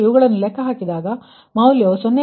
ಇವುಗಳನ್ನು ಲೆಕ್ಕಹಾಕಿದಾಗ ಮೌಲ್ಯವು 0